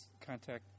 contact